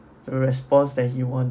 a response that he want